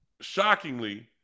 shockingly